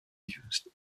used